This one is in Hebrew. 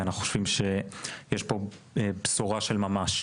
אנחנו חושבים שיש פה בשורה של ממש,